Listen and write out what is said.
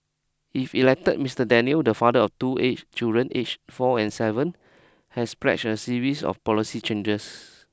if elected Mister Daniels the father of two age children aged four and seven has pledged a series of policy changes